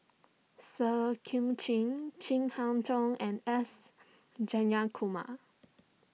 Seah Chin Chin Harn Tong and S Jayakumar